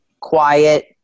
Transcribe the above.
quiet